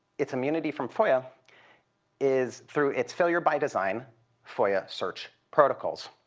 its immunity from foia is through its failure-by-design foia search protocols.